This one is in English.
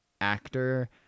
actor